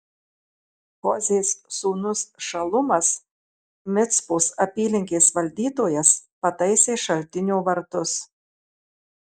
hozės sūnus šalumas micpos apylinkės valdytojas pataisė šaltinio vartus